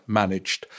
managed